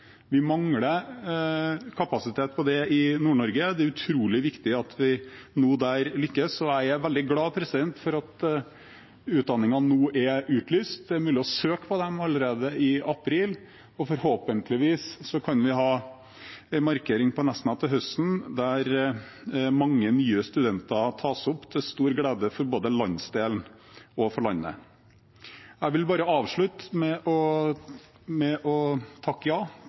Vi mangler kapasitet på det i Nord-Norge, og det er utrolig viktig at vi lykkes der nå. Jeg er veldig glad for at utdanningene nå er utlyst. Det er mulig å søke på dem allerede i april, og forhåpentligvis kan vi ha en markering på Nesna til høsten, der mange nye studenter tas opp, til stor glede både for landsdelen og for landet. Jeg vil avslutte med å takke ja